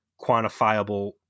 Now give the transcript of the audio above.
quantifiable